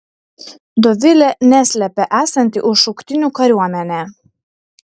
dovilė neslepia esanti už šauktinių kariuomenę